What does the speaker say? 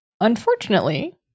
Unfortunately